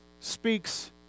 speaks